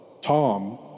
Tom